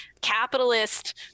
capitalist